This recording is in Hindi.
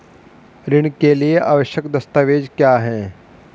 ऋण के लिए आवश्यक दस्तावेज क्या हैं?